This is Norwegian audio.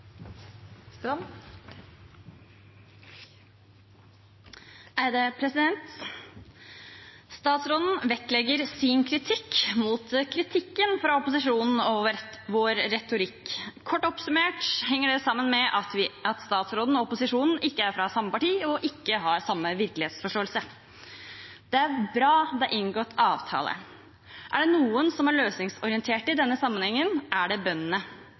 et endret klima. Statsråden vektlegger sin kritikk mot kritikken fra opposisjonen og vår retorikk. Kort oppsummert henger det sammen med at statsråden og opposisjonen ikke er fra samme parti og ikke har samme virkelighetsforståelse. Det er bra at det er inngått avtale. Er det noen som er løsningsorienterte i denne sammenhengen, er det bøndene